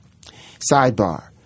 Sidebar